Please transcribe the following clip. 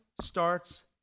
starts